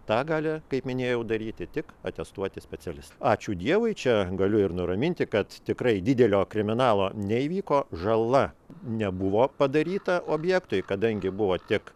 tą gali kaip minėjau daryti tik atestuoti specialistai ačiū dievui čia galiu ir nuraminti kad tikrai didelio kriminalo neįvyko žala nebuvo padaryta objektui kadangi buvo tik